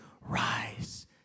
rise